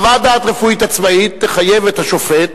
חוות דעת רפואית עצמאית תחייב את השופט